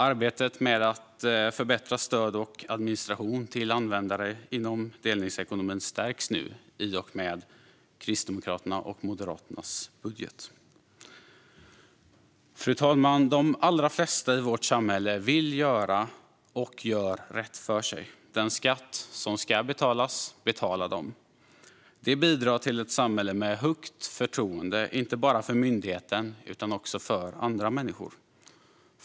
Arbetet med att förbättra stöd och administration till användare inom delningsekonomin stärks nu i och med Kristdemokraternas och Moderaternas budget. Fru talman! De allra flesta i vårt samhälle vill göra och gör rätt för sig. Den skatt som ska betalas betalar de. Det bidrar till ett samhälle med högt förtroende inte bara för myndigheten utan också för andra människor.